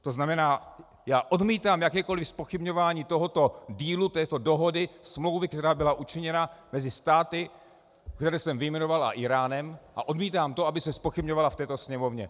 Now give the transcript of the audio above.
To znamená, já odmítám jakékoliv zpochybňování tohoto dílu této dohody, smlouvy, která byla učiněna mezi státy, které jsem vyjmenoval, a Íránem, a odmítám to, aby se zpochybňovala v této Sněmovně.